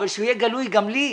אבל שהוא יהיה גלוי גם לי.